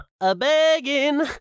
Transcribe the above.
a-begging